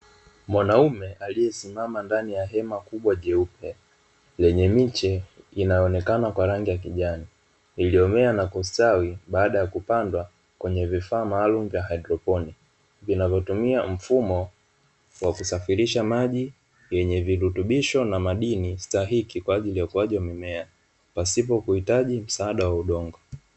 Mwanaume aliyesimama ndani ya hema kubwa jeupe, lenye miche inayoonekana kwa rangi ya kijani, iliyomea na kustawi baada ya kupandwa kwenye vifaa maalumu vya hydroponi, vinavyotumia mfumo wa kusafirisha maji yenye virutubisho na madini stahiki kwa ajili ya ukuaji wa mimea, pasipo kuhitaji msaada wa udongo.